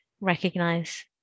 recognize